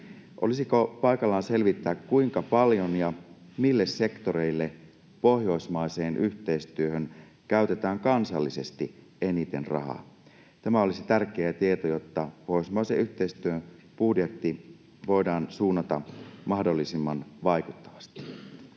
Olisiko paikallaan selvittää, kuinka paljon ja mille sektoreille pohjoismaiseen yhteistyöhön käytetään kansallisesti eniten rahaa? Tämä olisi tärkeä tieto, jotta pohjoismaisen yhteistyön budjetti voidaan suunnata mahdollisimman vaikuttavasti.